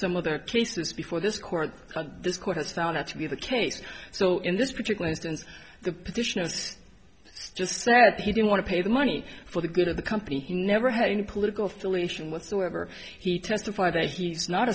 some other cases before this court this court has found out to be the case so in this particular instance the petition has just said he didn't want to pay the money for the good of the company he never had any political filiation whatsoever he testified that he's not